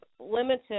limited